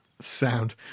Sound